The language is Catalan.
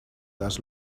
les